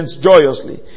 joyously